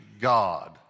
God